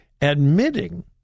Admitting